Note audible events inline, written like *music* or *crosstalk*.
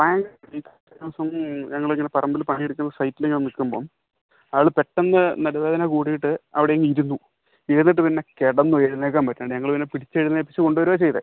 *unintelligible* ഞങ്ങളിങ്ങനെ പറമ്പിൽ പണിയെടുക്കുന്ന സൈറ്റിലിങ്ങനെ നിൽക്കുമ്പോൾ അയാൾ പെട്ടെന്ന് നടുവേദന കൂടിയിട്ട് അവിടെ അങ്ങ് ഇരുന്നു ഇരുന്നിട്ട് പിന്നെ കിടന്നു എഴുന്നേൽക്കാൻ പറ്റാണ്ട് ഞങ്ങൾ പിന്നെ പിടിച്ച് എഴുന്നേൽപ്പിച്ച് കൊണ്ടു വരുകയാണ് ചെയ്തത്